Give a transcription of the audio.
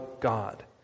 God